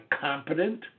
competent